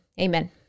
amen